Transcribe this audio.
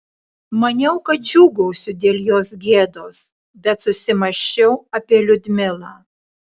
maniau kad džiūgausiu dėl jos gėdos bet susimąsčiau apie liudmilą